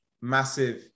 massive